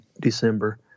December